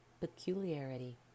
peculiarity